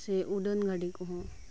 ᱥᱮ ᱩᱰᱟᱹᱱ ᱜᱟᱹᱰᱤ ᱠᱚᱦᱚᱸ